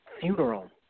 funeral